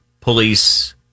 police